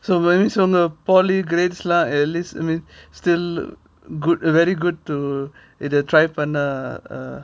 so சொன்னேன்:sonnen polytechnic grades lah at least I mean still good very good to இது:idhu try பண்ணா:panna uh